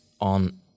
on